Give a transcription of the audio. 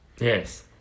Yes